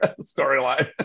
Storyline